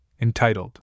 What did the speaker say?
entitled